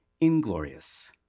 inglorious